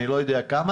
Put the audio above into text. אני לא יודע כמה,